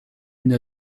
une